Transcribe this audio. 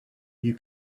you